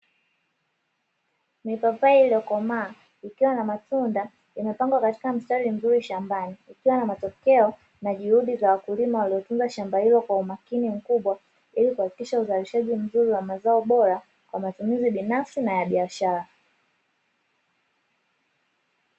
Mipapai iliyokamaa ikiwa na matunda imepangwa katika mstari mzuri shambani, ikiwa na matokeo na juhudi za wakulima waliotunza shamba hilo kwa umakini mkubwa, ili kuhakikisha uzalishaji mzuri wa mazao bora kwa matumizi binafsi na ya biashara .